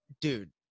Dude